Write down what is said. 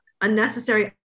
unnecessary